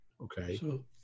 Okay